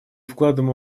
вкладом